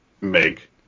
make